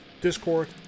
Discord